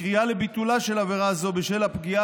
קריאה לביטולה של עבירה זו בשל הפגיעה